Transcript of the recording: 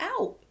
out